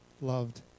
loved